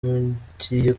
mugiye